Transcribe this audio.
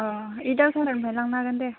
अ इथाफोर आंनिफ्राय लांनो हागोन दे